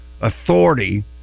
authority